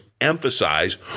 emphasize